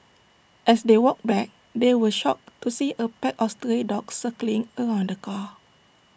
as they walked back they were shocked to see A pack of stray dogs circling around the car